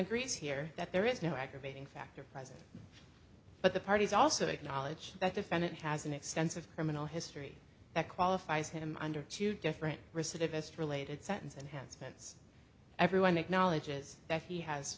agrees here that there is no aggravating factor present but the parties also acknowledge that defendant has an extensive criminal history that qualifies him under two different recidivist related sentence and hence offense everyone acknowledges that he has